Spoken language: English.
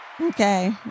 okay